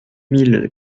mille